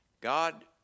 God